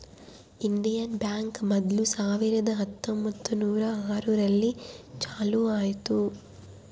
Indian bank ಮೊದ್ಲು ಸಾವಿರದ ಹತ್ತೊಂಬತ್ತುನೂರು ಆರು ರಲ್ಲಿ ಚಾಲೂ ಆಯ್ತು